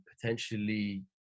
potentially